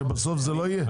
שבסוף זה לא יהיה?